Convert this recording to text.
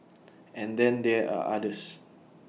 and then there are others